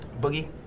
Boogie